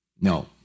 No